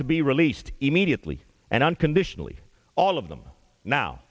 to be released immediately and unconditionally all of them now